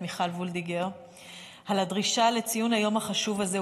מיכל וולדיגר על הדרישה לציון היום החשוב הזה,